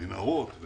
מנהרות,